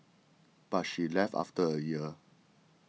but she left after a year